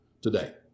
today